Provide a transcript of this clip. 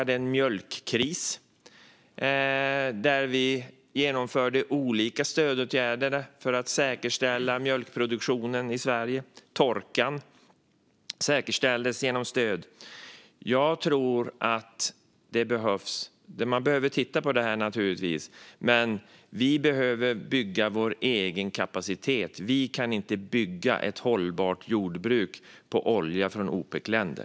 Under mjölkkrisen genomförde vi olika stödåtgärder för att säkerställa mjölkproduktionen i Sverige. Vid torkan säkerställde vi också stöd. Jag tror att sådana stöd behövs. Man behöver naturligtvis titta på det. Men vi behöver också bygga vår egen kapacitet. Vi kan inte bygga ett hållbart jordbruk på olja från Opecländer.